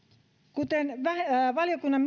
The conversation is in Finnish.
kuten valiokunnan